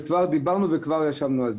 וכבר דיברנו על זה.